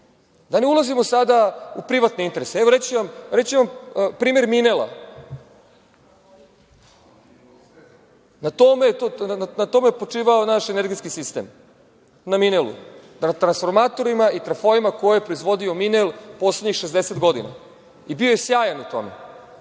Da ne ulazimo sada u privatne interese. Evo, reći ću vam primer „Minela“, na tome je počivao naš energetski sistem, na „Minelu“, na transformatorima i trafoima koje je proizvodio „Minel“ poslednjih 60 godina i bio je sjajan u tome,